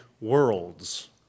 worlds